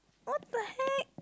what the heck